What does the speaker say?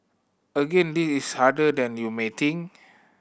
again this is harder than you may think